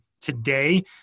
today